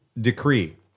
decree